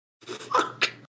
Fuck